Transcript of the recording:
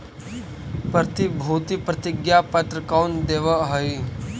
प्रतिभूति प्रतिज्ञा पत्र कौन देवअ हई